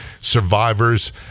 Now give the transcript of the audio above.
survivors